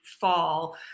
fall